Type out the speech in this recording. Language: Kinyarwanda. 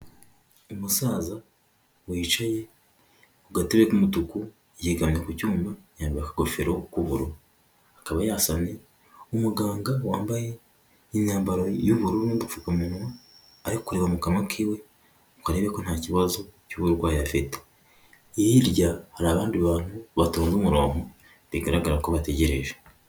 Umusaza wicaye ku gatebe k'umutuku yegamiye ku cyuma yambara akagofero k'ubururu, akaba yasamye, umuganga wambaye imyambaro y'ubururu n'agapfukamunwa, arikureba mu kanwa k'iwe ngo arebe ko nta kibazo cy'uburwayi afite, hirya hari abandi bantu batonze umuronko bigaragara ko bategereje.